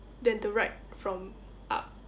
than to write from up